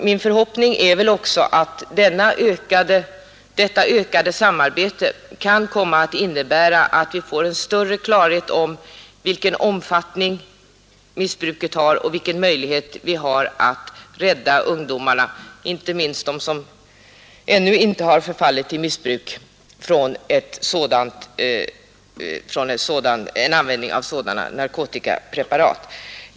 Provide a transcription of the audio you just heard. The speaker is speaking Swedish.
Min förhoppning är att detta ökade samarbete skall leda till att vi får en större klarhet beträffande missbrukets omfattning och våra möjlig heter att rädda ungdomarna — inte minst dem som ännu inte förfallit till missbruk — från användning av sådana narkotikapreparat som jag här talar om.